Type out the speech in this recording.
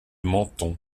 menton